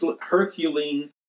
Herculean